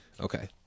Okay